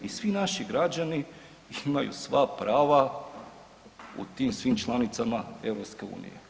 I svi naši građani imaju sva prava u tim svim članicama EU.